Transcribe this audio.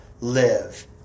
live